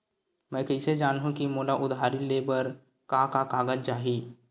मैं कइसे जानहुँ कि मोला उधारी ले बर का का कागज चाही?